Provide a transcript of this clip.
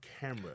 camera